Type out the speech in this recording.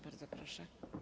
Bardzo proszę.